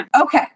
Okay